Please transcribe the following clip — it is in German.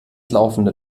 laufende